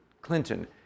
Clinton